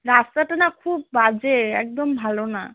রাস্তাটা না খুব বাজে একদম ভালো না